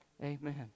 Amen